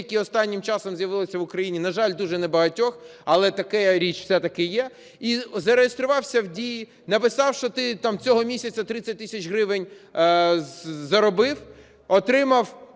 яке останнім часом з'явилося в Україні, на жаль, дуже небагатьох, але така річ все-таки є. І зареєструвався в "Дії", написав, що тим там цього місяця 30 тисяч гривень заробив, отримав